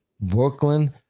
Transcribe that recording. Brooklyn